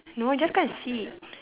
no just go and see